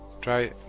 Try